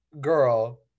girl